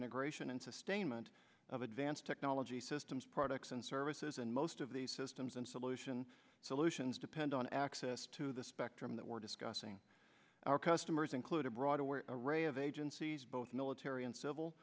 integration and sustainment of advanced technology systems products and services and most of these systems and solution solutions depend on access to the spectrum that we're discussing our customers include a broad aware array of agencies both military and civil